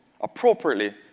appropriately